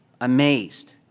amazed